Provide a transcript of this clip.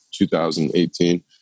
2018